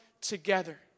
together